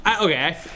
Okay